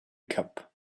cup